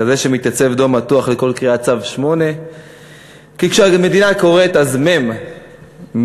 כזה שמתייצב בדום מתוח לכל קריאת צו 8. כי כשהמדינה קוראת אז מ' מגיע,